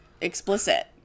explicit